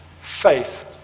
Faith